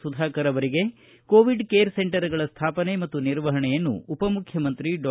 Sudhakar Covid care ಸೆಂಟರ್ಗಳ ಸ್ಥಾಪನೆ ಮತ್ತು ನಿರ್ವಪಣೆಯನ್ನು ಉಪ ಮುಖ್ಯಮಂತ್ರಿ ಡಾ